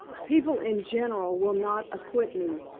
people in general will not acquit me,